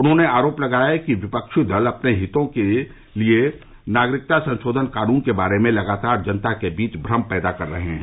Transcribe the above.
उन्होंने आरोप लगाया कि विपक्षी दल अपने हितों के लिए नागरिकता संशोधन कानून के बारे में लगातार जनता के बीच भ्रम पैदा कर रहे हैं